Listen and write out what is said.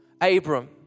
Abram